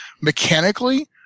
Mechanically